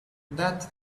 that